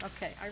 Okay